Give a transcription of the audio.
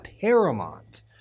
paramount